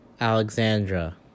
Alexandra